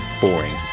boring